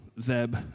Zeb